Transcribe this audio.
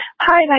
Hi